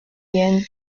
bien